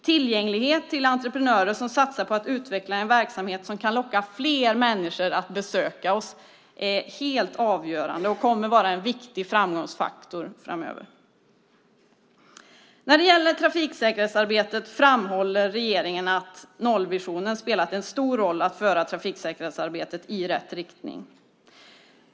Tillgänglighet till entreprenörer som satsar på att utveckla en verksamhet som kan locka fler människor att besöka oss är helt avgörande och kommer att vara en viktig framgångsfaktor framöver. När det gäller trafiksäkerhetsarbetet framhåller regeringen att nollvisionen har spelat en stor roll för att föra trafiksäkerhetsarbetet i rätt riktning.